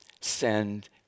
Send